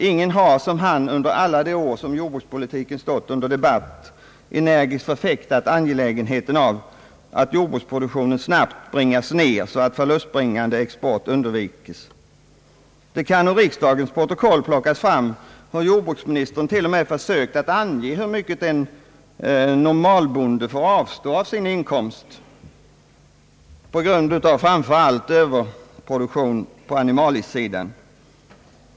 Ingen har som han under alla de år som jordbrukspolitiken stått under debatt energiskt förfäktat angelägenheten av att jordbruksproduktionen snabbt skall bringas ner så att förlustbringande export undvikes. Det kan ur riksdagens protokoll plockas fram exempel på hur jordbruksministern försökt att ange hur mycket en normalbonde får avstå av sin inkomst på grund av framför allt överproduktion på animaliesidan.